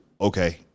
okay